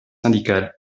syndical